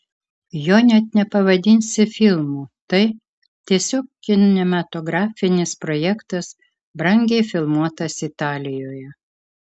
jo net nepavadinsi filmu tai tiesiog kinematografinis projektas brangiai filmuotas italijoje